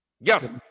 Yes